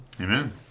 Amen